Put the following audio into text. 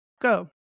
Go